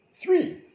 three